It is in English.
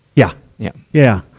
yeah. yeah. yeah.